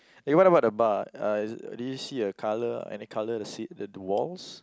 eh what about the bar uh did you see a color any color the seats at the walls